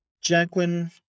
Jacqueline